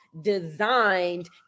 designed